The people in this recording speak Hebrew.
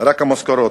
רק המשכורות.